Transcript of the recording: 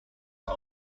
are